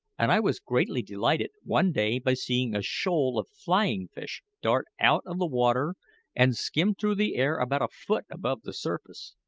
and i was greatly delighted one day by seeing a shoal of flying-fish dart out of the water and skim through the air about a foot above the surface.